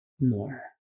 more